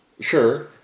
Sure